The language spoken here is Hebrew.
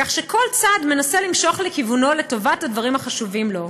כך שכל צד מנסה למשוך לכיוונו לטובת הדברים החשובים לו.